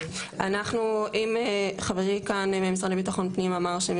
אנחנו אם חברי כאן ממשרד הביטחון פנים אמר שהם